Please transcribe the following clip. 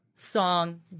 song